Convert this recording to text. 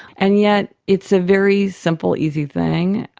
and yet it's a very simple, easy thing.